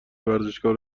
ورزشگاه